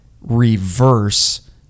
reverse